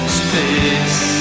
space